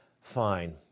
fine